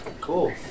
Cool